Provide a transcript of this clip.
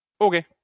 Okay